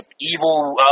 evil